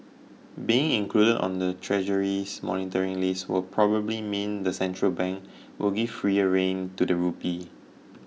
being included on the Treasury's monitoring list will probably mean the central bank will give freer rein to the rupee